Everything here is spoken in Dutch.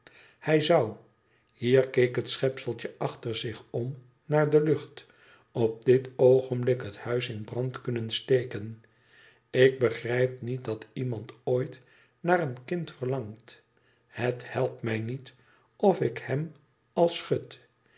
hij zou hier keek het schepseltje achter zich om naar de lucht op dit oogenblik het huis in brand kunnen steken ik begrijp niet dat iemand ooit naar een kind verlangt het helpt mij niet of ik hem al schud